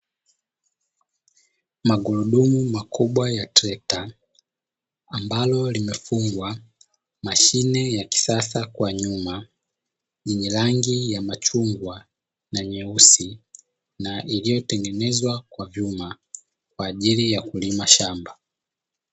Magurudumu makubwa ya Trekta ambalo limefungwa mashine ya kisasa kwa nyuma yenye rangi ya machungwa na nyeusi, na iliyotengenezwa kwa vyuma kwa ajili ya kulima shamba.